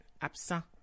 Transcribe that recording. absent